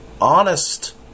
honest